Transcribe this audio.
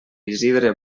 isidre